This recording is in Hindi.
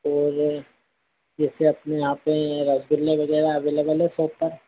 और जैसे अपने यहाँ पर रसगुल्ले वगैरह अवलेबल है शॉप पर